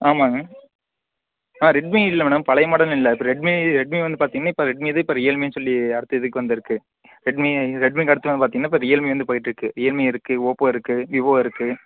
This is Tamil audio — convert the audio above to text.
ஆமாங்க ஆ ரெட்மி இல்லை மேடம் பழைய மாடல்னு இல்லை இப்போ ரெட்மி ரெட்மி வந்து பார்த்திங்கன்னா இப்போ ரெட்மிய இப்போ ரியல்மினு சொல்லி அடுத்த இதுக்கு வந்திருக்கு ரெட்மி ரெட்மிக்கு அடுத்து வந்து பார்த்திங்கன்னா இப்போ ரியல்மி வந்து போய்ட்ருக்கு ரியல்மி இருக்கு ஓப்போ இருக்கு விவோ இருக்கு